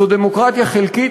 זו דמוקרטיה חלקית,